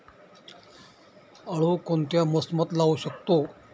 आळू कोणत्या मोसमात लावू शकतो?